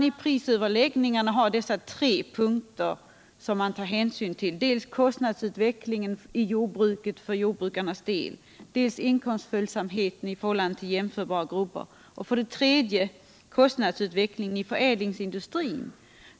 I överläggningarna finns det tre punkter som man tar hänsyn till, dels kostnadsutvecklingen i jordbruket för jordbrukarnas del, dels inkomstföljsamhet i förhållande till jämförbara grupper, dels kostnadsutveckling i förädlingsindustrin.